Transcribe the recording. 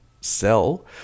sell